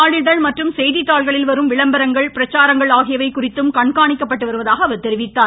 நாளிதழ் மற்றும் செய்திதாள்களில் வரும் விளம்பரங்கள் பிரச்சாரங்கள் ஆகியவை குறித்தும் கண்காணிக்கப்பட்டு வருவதாகவும் அவர் கூறினார்